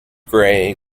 grey